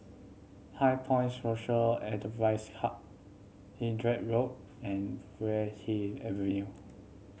HighPoint Social Enterprise Hub Hindhede Road and Puay Hee Avenue